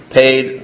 paid